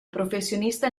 professionista